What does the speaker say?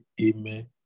Amen